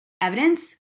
evidence